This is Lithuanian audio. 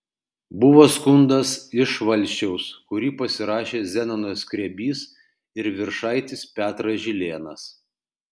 buvo skundas iš valsčiaus kurį pasirašė zenonas skrebys ir viršaitis petras žilėnas